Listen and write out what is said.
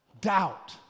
doubt